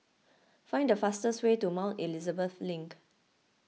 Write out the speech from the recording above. find the fastest way to Mount Elizabeth Link